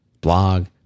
blog